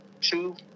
two